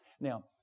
Now